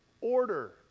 order